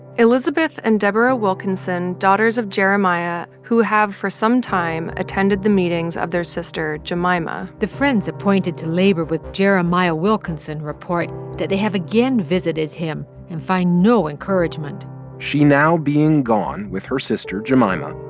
elizabeth and deborah wilkinson daughters of jeremiah. who have for some time attended the meetings of their sister jemima the friends appointed to labor with jeremiah wilkinson report that they have again visited him and find no encouragement she now being gone with her sister jemima,